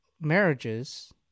marriages